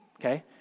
okay